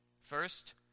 First